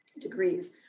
degrees